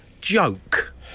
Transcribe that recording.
Joke